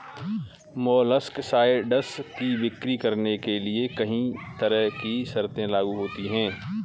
molluscicides की बिक्री करने के लिए कहीं तरह की शर्तें लागू होती है